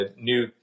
new